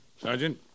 Sergeant